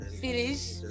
Finish